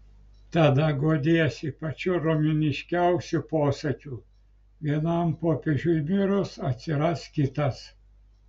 tada guodiesi pačiu romėniškiausiu posakiu vienam popiežiui mirus atsiras kitas